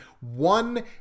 one